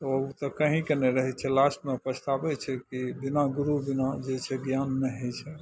उ तऽ कहींके नहि रहय छै लास्टमे पछताबय छै की बिना गुरु बिना जे छै ज्ञान नहि होइ छै